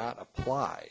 not apply